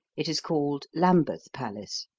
it is called lambeth palace.